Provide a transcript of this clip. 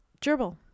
Gerbil